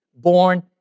born